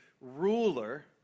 ruler